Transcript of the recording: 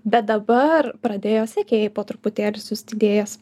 bet dabar pradėjo sekėjai po truputėlį siųst idėjas